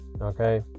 Okay